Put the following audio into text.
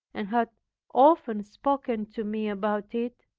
and had often spoken to me about it,